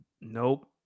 Nope